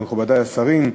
מכובדי השרים,